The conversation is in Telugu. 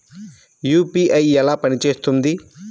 యూ.పీ.ఐ ఎలా పనిచేస్తుంది?